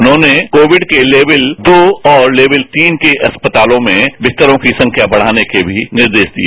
उन्होंने कोविड के लेकल दो और लेकल तीन के अस्पतालों में बिस्तरों की संख्या बढ़ाने के भी निर्देश दिए